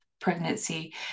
pregnancy